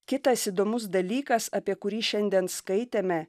kitas įdomus dalykas apie kurį šiandien skaitėme